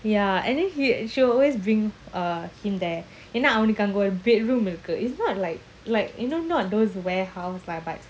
ya and then he she will always bring uh him there எனாஅவனுக்குஅங்கஒரு:yena avanuku anga oru bedroom இருக்கு:iruku it's not like like you know not those warehouse lah but